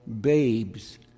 babes